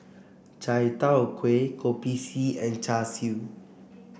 Chai Tow Kuay Kopi C and Char Siu